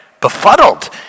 befuddled